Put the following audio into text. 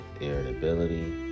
irritability